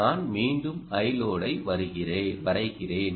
நான் மீண்டும் Iload ஐ வரைகிறேன்